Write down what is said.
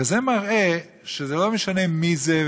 וזה מראה שזה לא משנה מי זה,